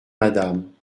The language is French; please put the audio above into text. madame